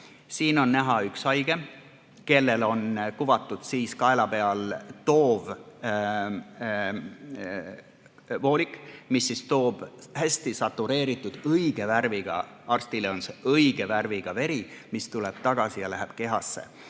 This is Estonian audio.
Siin on näha üks haige, kellel on kuvatud kaela peal voolik, mis toob hästi satureeritud, õige värviga vere – arstile on see õige värviga veri –, mis tuleb tagasi ja läheb kehasse.